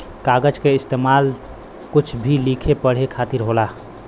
कागज के इस्तेमाल कुछ भी लिखे पढ़े खातिर होला